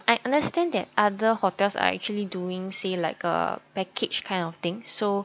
I understand that other hotels are actually doing say like a package kind of thing so